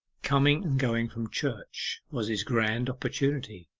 coming and going from church was his grand opportunity.